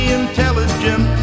intelligent